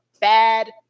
bad